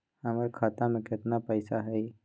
हमर खाता में केतना पैसा हई?